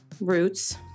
roots